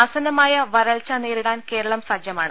ആസന്നമായ വരൾച്ച നേരിടാൻ കേരളം സജ്ജമാണ്